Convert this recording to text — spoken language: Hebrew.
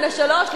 לפני שלוש שנים,